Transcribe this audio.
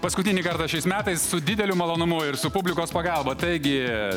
paskutinį kartą šiais metais su dideliu malonumu ir su publikos pagalba taigi